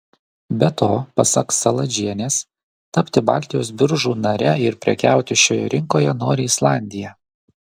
be to pasak saladžienės tapti baltijos biržų nare ir prekiauti šioje rinkoje nori islandija